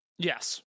Yes